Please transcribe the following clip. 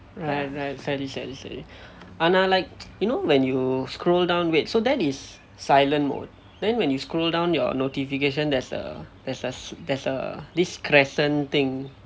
right right சரி சரி சரி:sari sari sari you know when you scroll down wait so that is silent mode then when you scroll down your notifications there's a there's a there's a this crescent thing